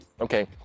okay